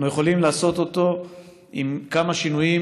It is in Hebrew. אנחנו יכולים לעשות אותו עם כמה שינויים.